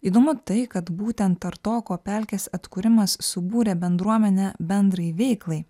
įdomu tai kad būtent tartoko pelkės atkūrimas subūrė bendruomenę bendrai veiklai